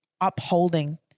upholding